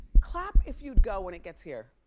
clap if you'd go when it gets here.